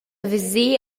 veser